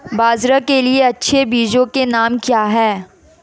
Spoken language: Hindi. बाजरा के लिए अच्छे बीजों के नाम क्या हैं?